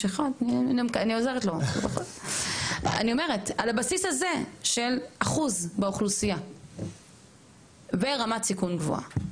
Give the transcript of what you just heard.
על הבסיס הזה של אחוז באוכלוסייה ושל רמת סיכון גבוהה.